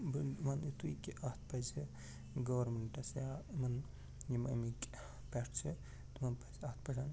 بہٕ وَنہٕ ایُتُے کہ اَتھ پَزِ گورمنٛٹَس یا یِمَن یِم أمیکِۍ پٮ۪ٹھٕ چھِ تِمَن پَزِ اَتھ پٮ۪ٹھ